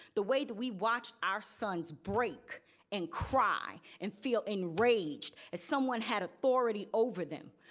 the way we watched our sons break and cry and feel enraged as someone had authority over them.